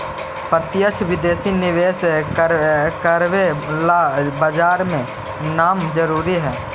प्रत्यक्ष विदेशी निवेश करवे ला बाजार में नाम जरूरी है